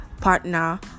partner